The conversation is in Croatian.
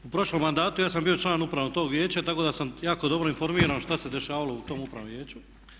U prošlom mandatu ja sam bio član upravnog tog vijeća tako da sam jako dobro informiran šta se dešavalo u tom upravnom vijeću.